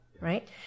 right